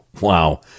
Wow